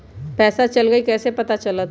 पैसा चल गयी कैसे पता चलत?